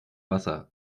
wasser